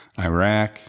Iraq